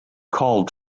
called